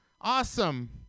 awesome